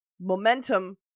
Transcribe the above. momentum